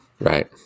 Right